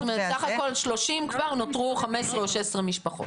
זאת אומרת סך הכל 30 כבר, נותרו 15 או 16 משפחות.